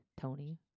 Tony